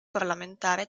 parlamentare